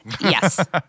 Yes